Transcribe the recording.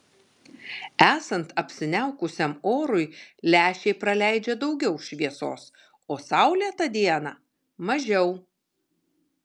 esant apsiniaukusiam orui lęšiai praleidžia daugiau šviesos o saulėtą dieną mažiau